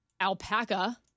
alpaca